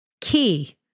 Key